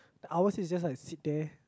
the hours is just like sit there